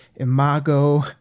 imago